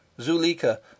Zuleika